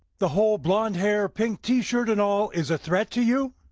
the whole blonde hair, pink t-shirt and all is a threat to you?